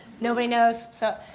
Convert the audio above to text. nobody knows, so.